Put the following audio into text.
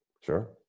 sure